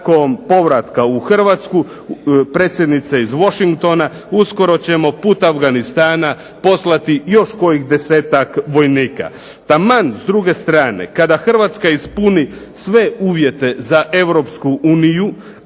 nakon povratka u Hrvatsku predsjednice iz Washingtona, uskoro ćemo put Afganistana poslati još koji desetak vojnika. Taman s druge strane kada Hrvatska ispuni sve uvjete za Europsku uniju,